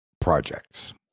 projects